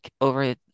over